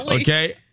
Okay